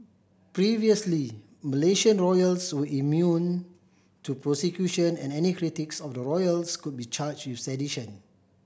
previously Malaysian royals were immune to prosecution and any critics of the royals could be charged with sedition